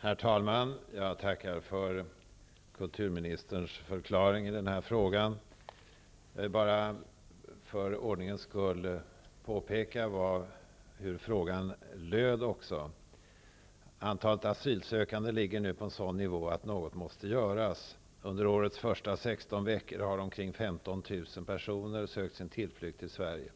Herr talman! Jag tackar för kulturministerns förklaring i denna fråga. För ordningens skull vill jag upprepa hur frågan löd: Antalet asylsökande ligger nu på en sådan nivå att något måste göras. Under årets första 16 veckor har omkring 15 000 personer sökt sin tillflykt till Sverige.